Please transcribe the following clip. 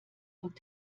und